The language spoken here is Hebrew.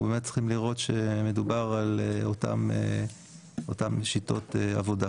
באמת צריכים לראות שמדובר על אותן שיטות עבודה.